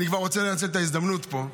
אני כבר רוצה לנצל את ההזדמנות פה.